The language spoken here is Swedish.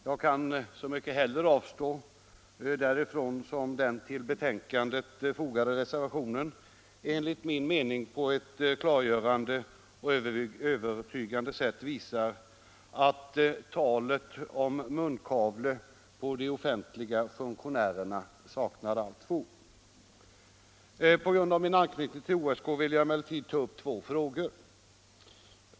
Jag kan så mycket hellre avstå därifrån som den till betänkandet fogade reservationen enligt min mening på ett klargörande och övertygande sätt visar att talet om munkavle på de offentliga funktionärerna saknar allt fog. På grund av min anknytning till OSK vill jag emellertid ta upp två frågor.